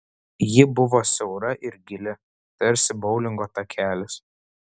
ji buvo siaura ir gili tarsi boulingo takelis